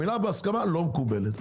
המילה בהסכמה לא מקובלת.